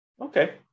Okay